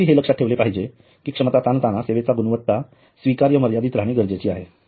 तथापि हे लक्षात ठेवले पाहिजे की क्षमता ताणताना सेवेची गुणवत्ता स्वीकार्य मर्यादेत राहणे गरजेचे आहे